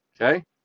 okay